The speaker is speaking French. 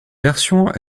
versions